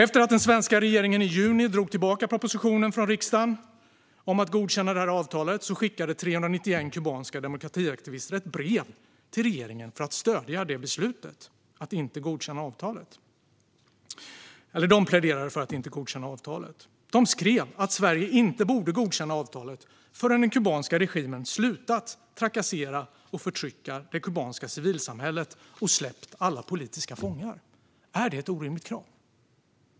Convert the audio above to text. Efter att den svenska regeringen i juni drog tillbaka propositionen om att godkänna detta avtal från riksdagen skickade 391 kubanska demokratiaktivister ett brev till regeringen där de pläderade för att inte godkänna avtalet. De skrev att Sverige inte borde göra det förrän den kubanska regimen slutat trakassera och förtrycka det kubanska civilsamhället och släppt alla politiska fångar. Är det ett orimligt krav?